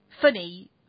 funny